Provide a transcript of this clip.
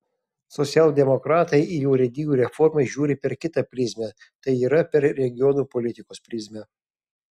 socialdemokratai į urėdijų reformą žiūri per kitą prizmę tai yra per regionų politikos prizmę